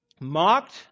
mocked